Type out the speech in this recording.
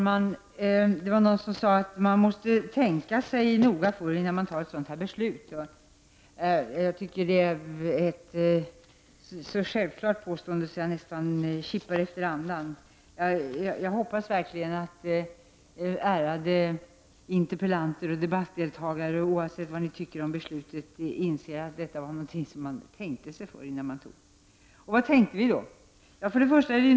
Fru talman! Någon här sade att man måste tänka sig noga för innan man fattar ett sådant beslut som det regeringen tog den 13 december. Jag tycker att det är ett så självklart påstående att jag nästan kippade efter andan när jag hörde det. Jag hoppas verkligen att ärade interpellanter och övriga debattdeltagare, oavsett vad ni tycker om beslutet, inser att regeringen tänkte sig för innan beslutet fattades. Och vad tänkte vi då?